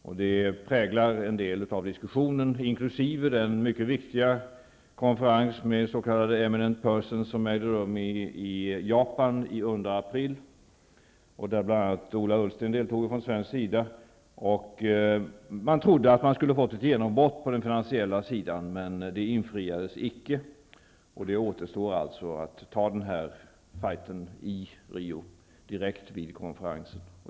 Det har präglat en del av diskussionen, inkl. den mycket viktiga konferens med s.k. eminent persons som ägde rum i Japan under april där bl.a. Ola Ullsten deltog från svensk sida. Man trodde att man skulle få ett genombrott på det finansiella området, men den förhoppningen infriades icke. Det återstår att ta den fighten i Rio direkt vid själva konferensen.